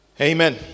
Amen